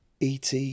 et